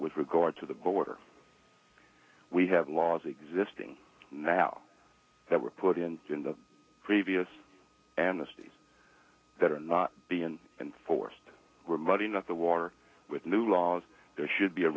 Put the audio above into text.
with regard to the border we have laws existing now that were put in in the previous amnesties that are not been enforced were muddy not the water with new laws there should be a